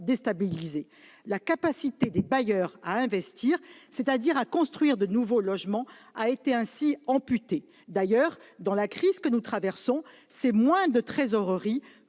La capacité des bailleurs à investir, c'est-à-dire à construire de nouveaux logements, a été amputée. D'ailleurs, dans la crise que nous traversons, c'est moins de trésorerie